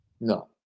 no